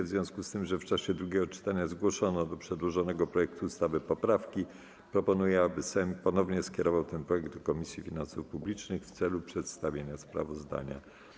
W związku z tym, że w czasie drugiego czytania zgłoszono do przedłożonego projektu ustawy poprawki, proponuję, aby Sejm ponownie skierował ten projekt do Komisji Finansów Publicznych w celu przestawienia sprawozdania.